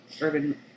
urban